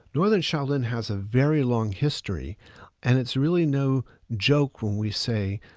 northern shaolin has a very long history and it's really no joke when we say,